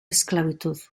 esclavitud